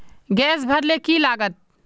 Gas भरले की लागत?